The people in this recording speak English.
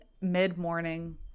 mid-morning